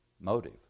motive